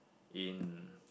in